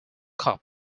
cup